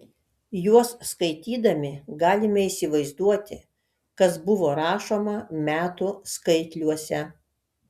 juos skaitydami galime įsivaizduoti kas buvo rašoma metų skaitliuose